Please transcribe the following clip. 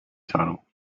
title